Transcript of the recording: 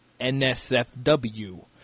NSFW